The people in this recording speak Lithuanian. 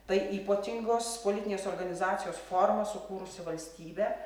tai ypatingos politinės organizacijos forma sukūrusi valstybę